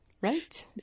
right